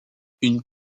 une